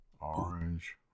orange